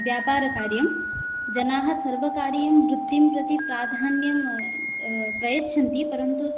व्यापारकार्यं जनाः सर्वकार्यं वृत्तिं प्रति प्राधान्यं प्रयच्छन्ति परन्तु